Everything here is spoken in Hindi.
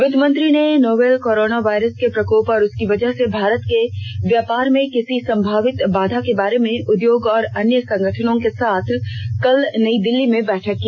वित्तमंत्री ने नोवेल कोरोना वायरस के प्रकोप और उसकी वजह से भारत के व्यापार में किसी संभावित बाधा के बारे में उद्योग और अन्य संगठनों के साथ कल नई दिल्ली में बैठक की